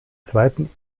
zweiten